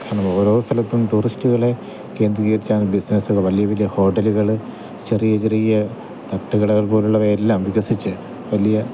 കാരണം ഇത് ഓരോ സ്ഥലത്തും ടൂറിസ്റ്റുകളെ കേന്ദ്രീകരിച്ചാണ് ബിസിനസ്സുകൾ വലിയ വലിയ ഹോട്ടലുകൾ ചെറിയ ചെറിയ തട്ടുകടകൾ പോലുള്ളവയെല്ലാം വികസിച്ച് വലിയ